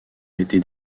été